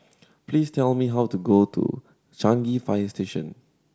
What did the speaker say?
please tell me how to get to Changi Fire Station